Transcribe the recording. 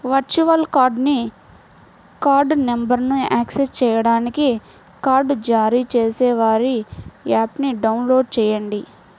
virtual కార్డ్ని card నంబర్ను access చేయడానికి కార్డ్ జారీ చేసేవారి యాప్ని డౌన్లోడ్ చేయండి